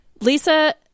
Lisa